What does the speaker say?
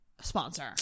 sponsor